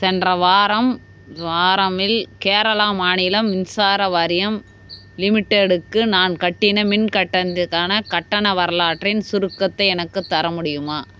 சென்ற வாரம் வாரமில் கேரளா மாநிலம் மின்சார வாரியம் லிமிடெடுக்கு நான் கட்டின மின் கட்டணத்திற்கான கட்டண வரலாற்றின் சுருக்கத்தை எனக்குத் தர முடியுமா